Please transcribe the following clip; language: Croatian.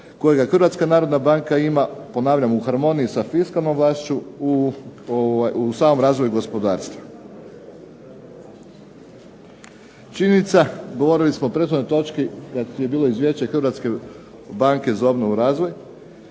kojega HNB-a ima ponavljam u harmoniji sa fiskalnom vlašću u samom razvoju gospodarstva. Činjenica, govorili smo u prethodnoj točki kada je bilo izvješće HBOR-a, činjenica da je